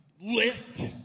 lift